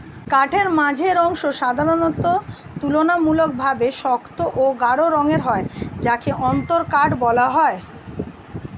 কাঠের মাঝের অংশ সাধারণত তুলনামূলকভাবে শক্ত ও গাঢ় রঙের হয় যাকে অন্তরকাঠ বলা হয়